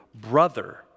brother